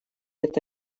это